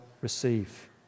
receive